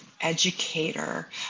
educator